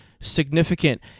significant